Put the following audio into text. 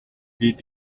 did